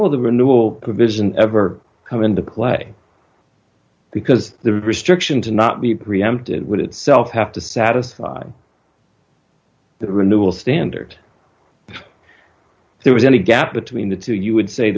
provision ever come into play because the restriction to not be preempted would itself have to satisfy the renewal standard there was any gap between the two you would say